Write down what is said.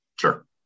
Sure